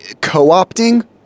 co-opting